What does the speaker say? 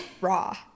raw